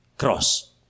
Cross